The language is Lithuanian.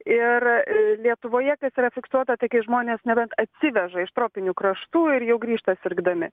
ir lietuvoje kas yra fiksuota tai kai žmonės nebent atsiveža iš tropinių kraštų ir jau grįžta sirgdami